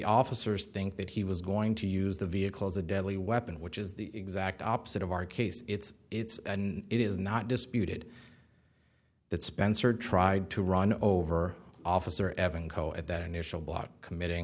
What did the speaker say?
officers think that he was going to use the vehicle as a deadly weapon which is the exact opposite of our case it's it's and it is not disputed that spencer tried to run over officer evan co at that initial block committing